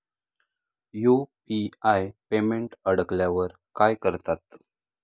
UPI payment अडकल्यावर काय करतात?